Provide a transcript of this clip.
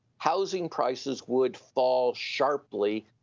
housing prices would fall sharply,